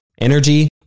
energy